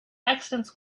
accidents